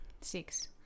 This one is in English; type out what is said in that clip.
Six